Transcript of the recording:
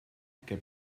que